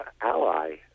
ally